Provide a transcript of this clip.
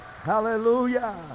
Hallelujah